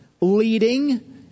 leading